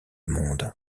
monde